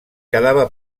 quedava